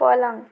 पलङ